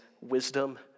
wisdom